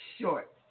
short